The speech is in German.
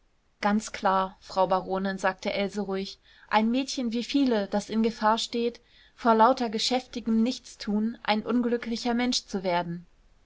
ganz klar frau baronin sagte else ruhig ein mädchen wie viele das in gefahr steht vor lauter geschäftigem nichtstun ein unglücklicher mensch zu werden